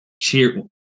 cheer